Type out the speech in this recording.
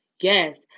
Yes